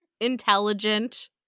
intelligent